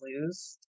lose